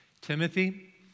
Timothy